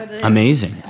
Amazing